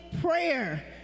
prayer